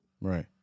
Right